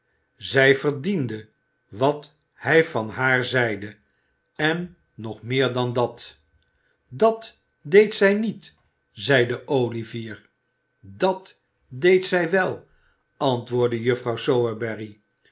zij verdiende wat hij van haar zeide en nog meer dan dat dat deed zij niet zeide olivier dat deed zij wel antwoordde juffrouw